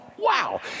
Wow